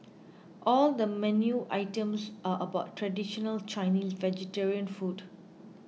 all the menu items are about traditional Chinese vegetarian food